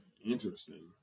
Interesting